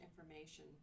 information